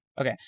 Okay